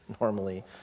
normally